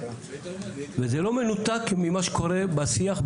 וזה לא מנותק ממה שקורה בשיח,